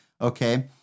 Okay